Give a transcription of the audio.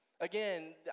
Again